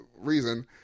reason